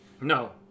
No